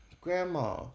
grandma